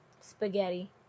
Spaghetti